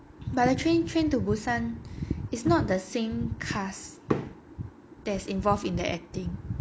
but the train train to busan is not the same cast that's involved in the acting